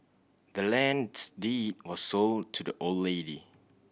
the land's deed was sold to the old lady